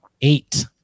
eight